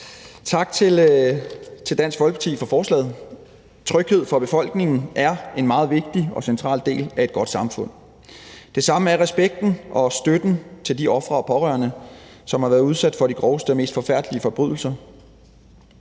Tak til Dansk Folkeparti for forslaget. Tryghed for befolkningen er en meget vigtig og central del af et godt samfund. Det samme er respekten og støtten til de ofre og pårørende, som har været udsat for de groveste og mest forfærdelige forbrydelser.